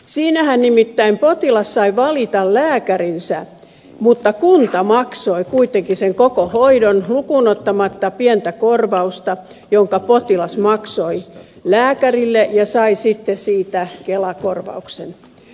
siinähän nimittäin potilas sai valita lääkärinsä mutta kunta maksoi kuitenkin sen koko hoidon lukuun ottamatta pientä korvausta jonka potilas maksoi lääkärille ja josta sai sitten kelakorvauksen